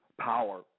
power